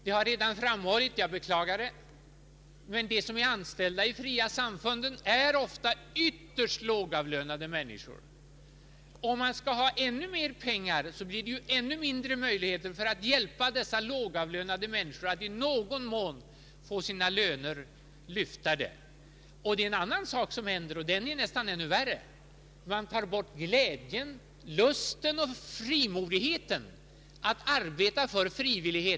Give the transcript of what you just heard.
Som jag redan framhållit är de som är anställda i de fria samfunden ofta ytterst lågavlönade människor. Om staten skall ha ännu mer pengar blir det mindre möjligheter att hjälpa dessa lågavlönade att i någon mån få sina löner höjda. En annan sak, som är nästan ännu värre, är att man tar bort glädjen, lusten och frimodigheten att arbeta frivilligt.